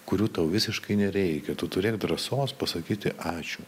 kurių tau visiškai nereikia tu turėk drąsos pasakyti ačiū